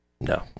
no